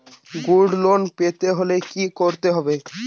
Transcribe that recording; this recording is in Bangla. গোল্ড লোন পেতে হলে কি করতে হবে?